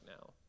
now